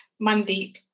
Mandeep